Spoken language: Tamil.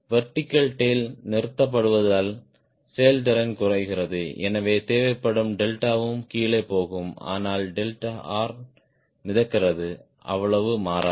வெர்டிகல் டேய்ல் நிறுத்தப்படுவதால் செயல்திறன் குறைகிறது எனவே தேவைப்படும் டெல்டாவும் கீழே போகும் ஆனால் டெல்டா ஆர் மிதக்கிறது அவ்வளவு மாறாது